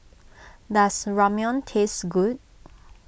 does Ramyeon taste good